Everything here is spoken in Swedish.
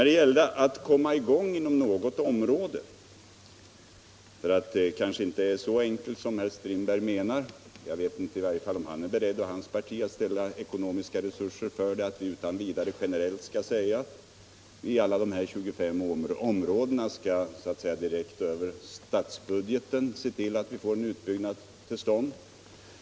Det är kanske inte så enkelt att komma i gång med detta som herr Strindberg menar. Jag vet i varje fall inte om han och hans parti är beredda att ställa ekonomiska resurser till förfogande och generellt säga att vi så att säga direkt över statsbudgeten skall se till att det kommer till stånd en utbyggnad i alla dessa 25 områden.